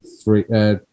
three